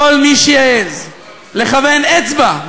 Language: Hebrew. כל מי שיעז לכוון אצבע,